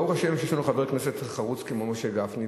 אז ברוך השם שיש לנו חבר כנסת חרוץ כמו משה גפני,